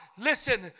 listen